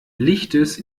lichts